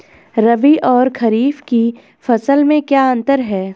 रबी और खरीफ की फसल में क्या अंतर है?